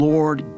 Lord